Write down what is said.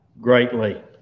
greatly